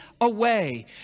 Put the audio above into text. away